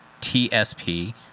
TSP